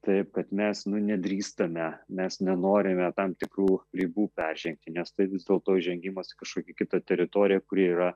taip kad mes nedrįstame nes nenorime tam tikrų ribų peržengti nes tai vis dėlto žengimas į kažkokią kitą teritoriją kuri yra